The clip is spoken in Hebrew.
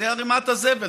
זו ערמת הזבל,